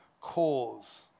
cause